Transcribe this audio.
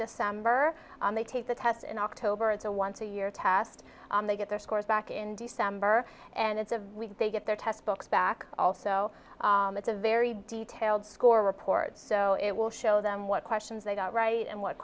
december they take the test in october it's a once a year test they get their scores back in december and it's a week they get their textbooks back also it's a very detailed score report so it will show them what questions they got right and what